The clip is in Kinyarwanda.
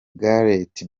gareth